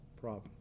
problem